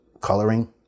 coloring